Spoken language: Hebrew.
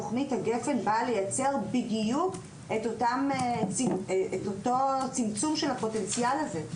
תכנית הגפ"ן באה לייצר בדיוק את אותו הצמצום של הפוטנציאל הזה.